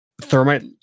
Thermite